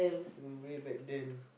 mm way back then